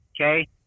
okay